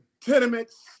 tenements